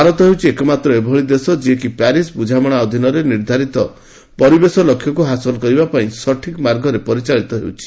ଭାରତ ହେଉଛି ଏକମାତ୍ର ଏଭଳି ଏକ ଦେଶ ଯିଏକି ପ୍ୟାରିସ୍ ବୃଝାମଣା ଅଧୀନରେ ନିର୍ଦ୍ଧାରିତ ପରିବେଶ ଲକ୍ଷ୍ୟକୁ ହାସଲ କରିବାପାଇଁ ସଠିକ୍ ମାର୍ଗରେ ପରିଚାଳିତ ହେଉଛି